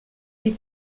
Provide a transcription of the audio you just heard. die